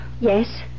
Yes